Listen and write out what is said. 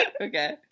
Okay